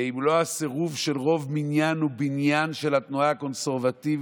ואם לא הסירוב של רוב מניין ובניין של התנועה הקונסרבטיבית